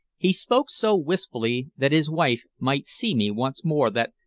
he spoke so wistfully that his wife might see me once more that,